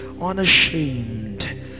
unashamed